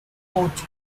coach